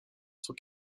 son